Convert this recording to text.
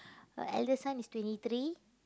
her elder son is twenty three